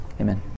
Amen